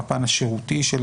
הפן השירותי של